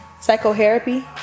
psychotherapy